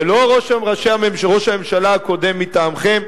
ולא ראש הממשלה הקודם מטעמכם,